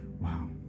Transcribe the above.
Wow